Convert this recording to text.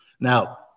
Now